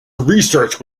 research